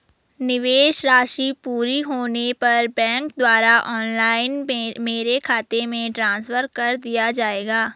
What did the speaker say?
निवेश राशि पूरी होने पर बैंक द्वारा ऑनलाइन मेरे खाते में ट्रांसफर कर दिया जाएगा?